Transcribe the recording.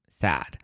sad